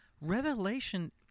Revelation